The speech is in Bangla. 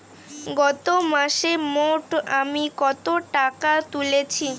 গত মাসে মোট আমি কত টাকা তুলেছি?